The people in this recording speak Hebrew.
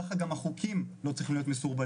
ככה גם החוקים לא צריכים להיות מסורבלים,